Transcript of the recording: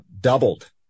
doubled